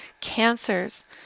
Cancers